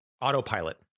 autopilot